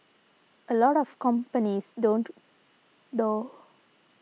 a lot of companies don't though